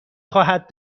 خواهد